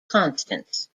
constants